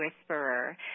whisperer